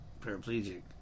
paraplegic